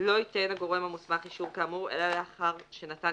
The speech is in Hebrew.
לא ייתן הגורם המוסמך אישור כאמור אלא לאחר שנתן